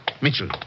Mitchell